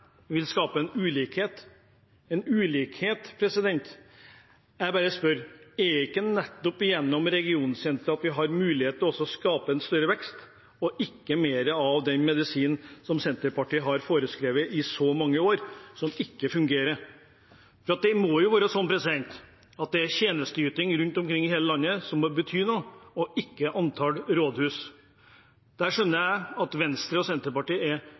ikke nettopp gjennom regionsentre vi har mulighet til å skape en større vekst, og ikke mer av den medisinen som Senterpartiet har forskrevet i så mange år, og som ikke fungerer? Det må jo være tjenesteyting over hele landet som betyr noe, og ikke antall rådhus. Der skjønner jeg at Venstre og Senterpartiet er